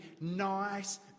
nice